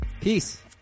Peace